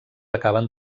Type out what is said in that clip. acaben